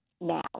now